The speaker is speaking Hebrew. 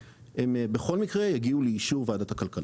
בכל מקרה יגיעו לאישור ועדת הכלכלה.